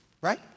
Right